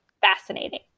Fascinating